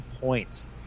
points